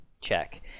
Check